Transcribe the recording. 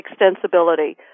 extensibility